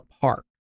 park